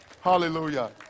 Hallelujah